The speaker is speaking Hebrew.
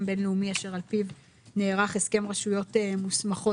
בין-לאומי אשר על פיו נערך הסכם רשויות מוסמכות",